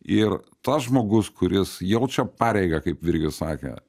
ir tas žmogus kuris jaučia pareigą kaip virgis sakė